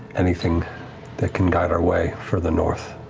anything that can guide our way further north.